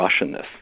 Russianness